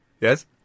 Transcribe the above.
Yes